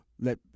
Let